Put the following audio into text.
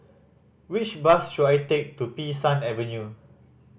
which bus should I take to Bee San Avenue